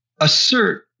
assert